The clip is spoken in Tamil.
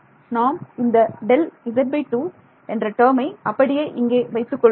நாம் இந்த Δz2 என்ற டேர்மை அப்படியே இங்கே வைத்துக் கொள்ள வைத்துக் கொள்கிறோம்